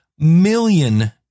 million